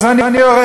אז אני יורד.